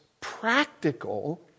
practical